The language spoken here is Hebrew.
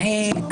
מצוין.